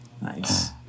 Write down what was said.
nice